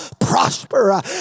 prosper